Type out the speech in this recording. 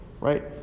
Right